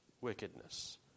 wickedness